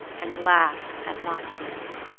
and laugh at locksmiths.